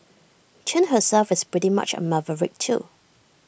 Chen herself is pretty much A maverick too